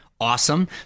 Awesome